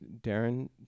Darren